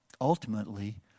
Ultimately